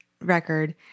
record